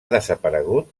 desaparegut